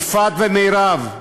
יפעת ומירב,